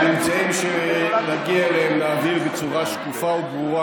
את הממצאים שנגיע אליהם נעביר בצורה שקופה וברורה